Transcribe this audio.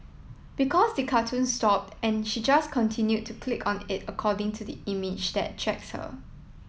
because the cartoon stopped and she just continued to click on it according to the image that attracts her